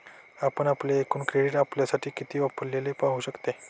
आपण आपले एकूण क्रेडिट आपल्यासाठी किती वापरलेले पाहू शकते